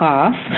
off